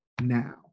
now